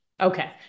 Okay